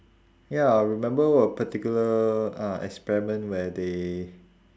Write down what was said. ya I remember a particular uh experiment where they